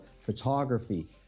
photography